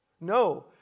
No